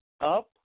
up